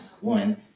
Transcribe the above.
one